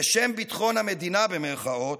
בשם "ביטחון המדינה", במירכאות,